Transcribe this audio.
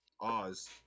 oz